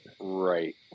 Right